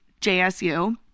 JSU